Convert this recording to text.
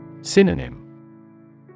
Synonym